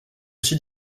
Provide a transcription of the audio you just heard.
aussi